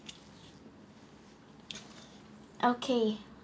okay